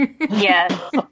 yes